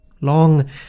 long